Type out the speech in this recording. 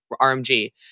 RMG